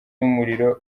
y’umuriro